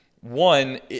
one